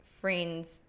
friends